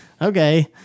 okay